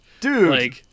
dude